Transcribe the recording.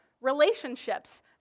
relationships